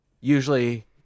Usually